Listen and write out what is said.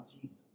Jesus